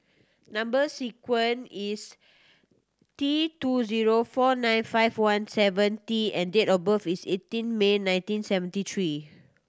number sequence is T two zero four nine five one seven T and date of birth is eighteen May nineteen seventy three